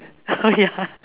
oh ya